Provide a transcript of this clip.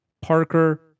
Parker